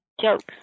jokes